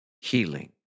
healing